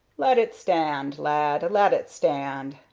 lat it stand, lad! lat it stand!